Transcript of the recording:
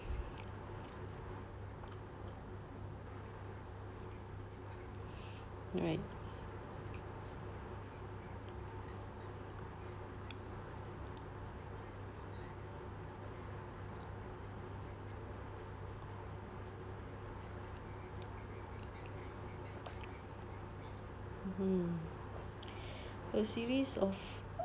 right mmhmm a series of